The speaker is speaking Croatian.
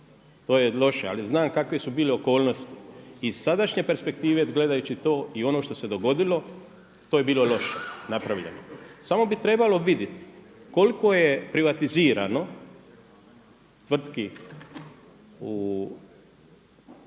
to je loše, ali znam kakve su bile okolnosti. Iza sadašnje perspektive gledajući to i ono što se dogodilo to je bilo loše napravljeno. Samo bi trebalo vidjeti koliko je privatizirano tvrtki od